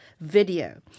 video